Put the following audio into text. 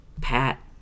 Pat